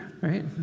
Right